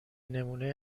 نمونه